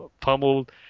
pummeled